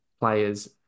players